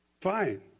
fine